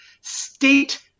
state